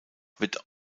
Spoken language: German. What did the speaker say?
wird